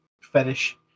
fetish